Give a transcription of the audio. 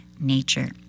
nature